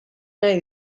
nahi